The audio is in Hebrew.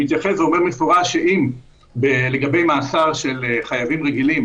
הוא אומר באופן מפורש שאם לגבי מאסר של חייבים רגילים